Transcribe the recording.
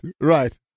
right